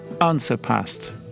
unsurpassed